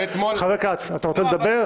חבר הכנסת כץ, אתה רוצה לדבר?